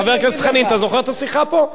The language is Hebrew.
חבר הכנסת חנין, אתה זוכר את השיחה פה?